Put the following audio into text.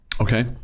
Okay